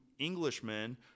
Englishmen